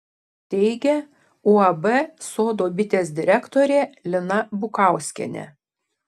teigia uab sodo bitės direktorė lina bukauskienė